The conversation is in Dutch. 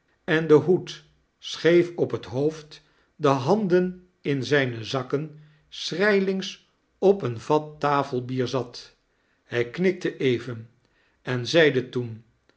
en den hoed scheef op t hoofd de handen in zijne zakken schrijlings op een vat tafelbier zat hij knikte even en zeide toen